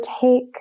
take